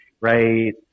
right